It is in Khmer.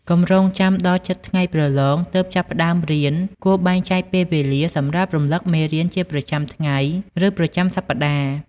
កុំរង់ចាំដល់ជិតថ្ងៃប្រឡងទើបចាប់ផ្តើមរៀន គួរបែងចែកពេលវេលាសម្រាប់រំលឹកមេរៀនជាប្រចាំថ្ងៃ ឬប្រចាំសប្តាហ៍។